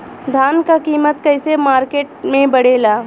धान क कीमत कईसे मार्केट में बड़ेला?